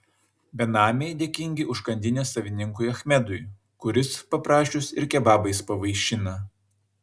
benamiai dėkingi užkandinės savininkui achmedui kuris paprašius ir kebabais pavaišina